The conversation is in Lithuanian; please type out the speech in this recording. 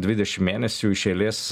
dvidešim mėnesių iš eilės